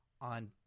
on